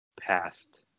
past